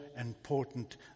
important